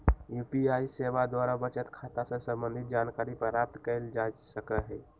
UPI सेवा द्वारा बचत खता से संबंधित जानकारी प्राप्त कएल जा सकहइ